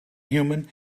human